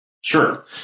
Sure